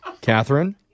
Catherine